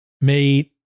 made